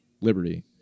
Liberty